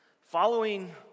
Following